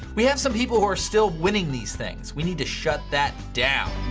we have some people who are still winning these things. we need to shut that down!